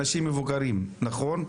מבוגרים, נכון?